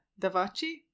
Davachi